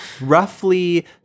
roughly